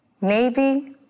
Navy